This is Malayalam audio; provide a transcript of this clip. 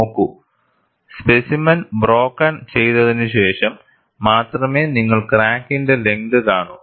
നോക്കൂ സ്പെസിമെൻ ബ്രോക്കൺ ചെയ്തതിനുശേഷം മാത്രമേ നിങ്ങൾ ക്രാക്കിന്റെ ലെങ്ത് കാണൂ